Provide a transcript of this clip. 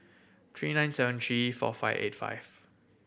three nine seven three four five eight five